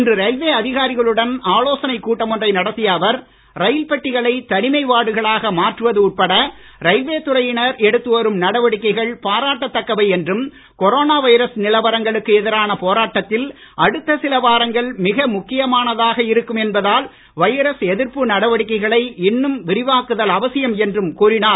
இன்று ரயில்வே அதிகாரிகளுடன் ஆலோசனைக் கூட்டம் ஒன்றை நடத்திய அவர் ரயில் பெட்டிகளை தனிமை வார்டுகளாக மாற்றுவது உட்பட ரயில்வே துறையினர் எடுத்து வரும் நடவடிக்கைகள் பாராட்டத்தக்கவை என்றும் கொரோனா வைரஸ் நிலவரங்களுக்கு எதிரான போராட்டத்தில் அடுத்த சில வாரங்கள் மிக முக்கியமானதாக இருக்கும் என்பதால் வைரஸ் எதிர்ப்பு நடவடிக்கைகளை இன்னும் விரிவாக்குதல் அவசியம் என்றும் கூறினார்